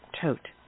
tote